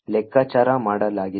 ಲೆಕ್ಕಾಚಾರ ಮಾಡಲಾಗಿದೆ